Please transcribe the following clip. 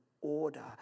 order